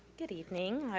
good evening,